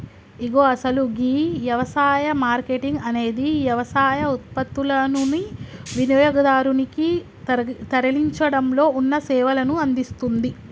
ఇగో అసలు గీ యవసాయ మార్కేటింగ్ అనేది యవసాయ ఉత్పత్తులనుని వినియోగదారునికి తరలించడంలో ఉన్న సేవలను అందిస్తుంది